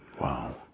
wow